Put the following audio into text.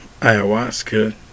ayahuasca